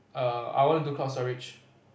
err I wanna do cloud storage